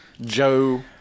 Joe